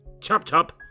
Chop-chop